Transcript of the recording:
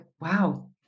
wow